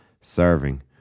serving